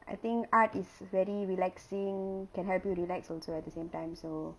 I think art is very relaxing can help you relax also at the same time so